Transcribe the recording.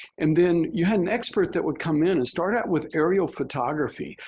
and then you had an expert that would come in and start out with aerial photography,